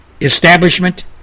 establishment